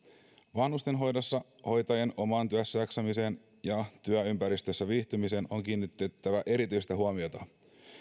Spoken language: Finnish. vanhustenhoidossa hoitajan omaan työssäjaksamiseen ja työympäristössä viihtymiseen on kiinnitettävä erityistä huomiota